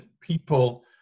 people